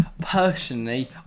Personally